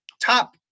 top